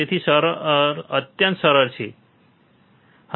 તેથી સરળ અત્યંત સરળ તે નથી